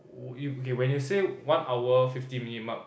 okay when you say one hour fifty minute mark